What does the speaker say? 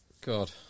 God